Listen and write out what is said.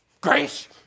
Grace